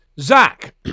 Zach